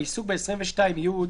האיסור בסעיף 22י,